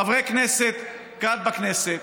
חברי כנסת כאן בכנסת,